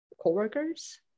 co-workers